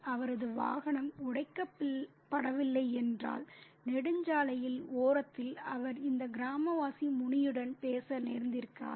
அவரது வாகனம் உடைக்கப்படவில்லை என்றால் நெடுஞ்சாலையின் ஓரத்தில் அவர் இந்த கிராமவாசி முனியுடன் பேச நேர்ந்திருக்காது